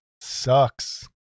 sucks